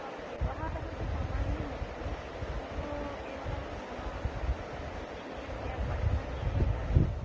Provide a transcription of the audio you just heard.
आं व्यवहारः तु सामान्यम् अस्ति किन्तु केवलं नाम विशेषतया पठनविषये इदानीं